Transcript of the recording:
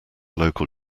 local